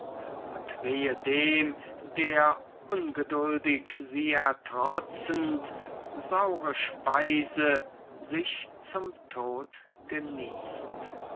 und wehe dem der ungeduldig sie ertrotzend saure speise sich zum tod genießt